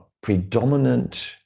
predominant